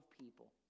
people